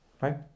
right